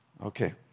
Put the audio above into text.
Okay